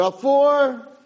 four